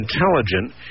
intelligent